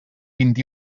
vint